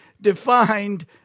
defined